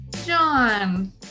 John